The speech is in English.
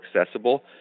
accessible